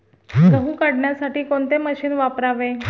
गहू काढण्यासाठी कोणते मशीन वापरावे?